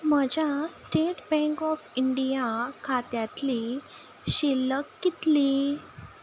म्हज्या State Bank of India खात्यांतली शिल्लक कितली